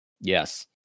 Yes